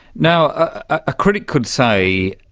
now, a critic could say,